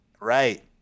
right